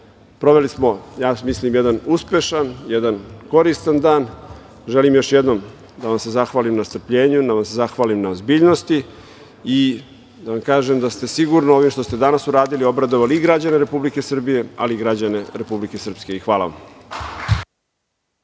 saobraćaja. Proveli smo jedan uspešan, koristan dan. Želim još jednom da vam se zahvalim na strpljenju, da vam se zahvalim na ozbiljnosti i da vam kažem da ste sigurno ovim što ste danas uradili obradovali i građane Republike Srbije, ali i građane Republike Srpske i hvala vam.